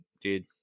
dude